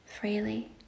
freely